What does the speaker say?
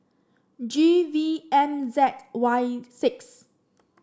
G V M Z Y six